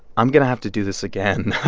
i'm going to have to do this again.